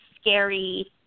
scary